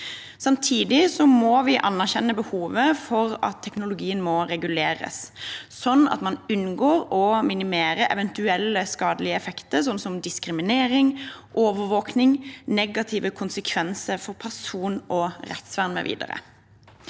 Samtidig må vi anerkjenne behovet for at teknologien reguleres, sånn at man unngår og minimerer eventuelle skadelige effekter, som diskriminering, overvåking, negative konsekvenser for person- og rettsvern